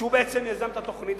שיזם את התוכנית,